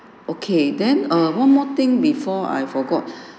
okay then err one more thing before I forgot